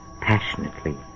passionately